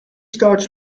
stars